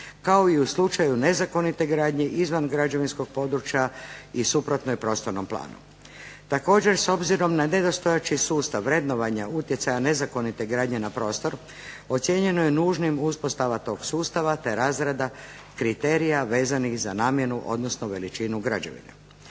kao i u slučaju nezakonite gradnje izvan građevinskog područja i suprotno je prostornom planu. Također s obzirom na nedostojeći sustav vrednovanja utjecaja nezakonite gradnje na prostor ocijenjeno je nužnim uspostava tog sustava, te razrada kriterija vezanih za namjenu, odnosno veličinu građevine.